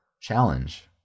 challenge